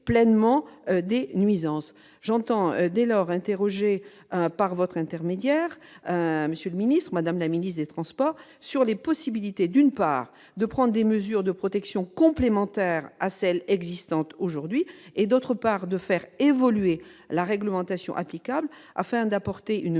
pleinement ceux-ci des nuisances. J'entends dès lors interroger par votre intermédiaire, monsieur le secrétaire d'État, Mme la ministre chargée des transports quant aux possibilités, d'une part, de prendre des mesures de protection complémentaires à celles existant aujourd'hui et, d'autre part, de faire évoluer la réglementation applicable afin d'apporter une